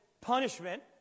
punishment